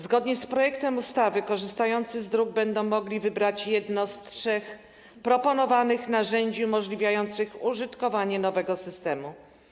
Zgodnie z projektem ustawy korzystający z dróg będą mogli wybrać jedno z trzech proponowanych narzędzi umożliwiających użytkowanie nowego systemu.